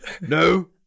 No